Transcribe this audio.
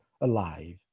alive